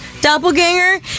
doppelganger